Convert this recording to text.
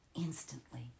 instantly